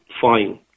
fine